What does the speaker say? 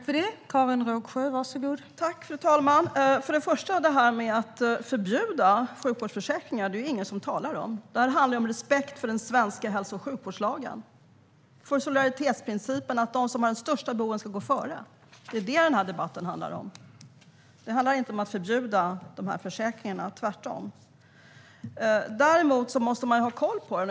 Fru talman! Att förbjuda privata sjukförsäkringar är det ingen som talar om. Det här handlar om respekt för den svenska hälso och sjukvårdslagen och för solidaritetsprincipen att de som har de största behoven ska gå före. Det är vad den här debatten handlar om. Det handlar inte om att förbjuda de här försäkringarna - tvärtom. Däremot måste man ha koll på dem.